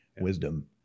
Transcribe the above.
wisdom